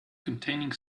containing